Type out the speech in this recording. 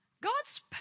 God's